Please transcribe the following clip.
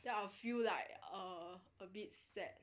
there I would feel like err a bit sad